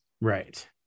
Right